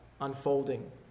unfolding